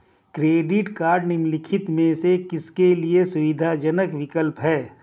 Credit cards निम्नलिखित में से किसके लिए सुविधाजनक विकल्प हैं?